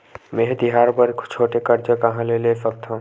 मेंहा तिहार बर छोटे कर्जा कहाँ ले सकथव?